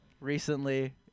recently